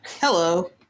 Hello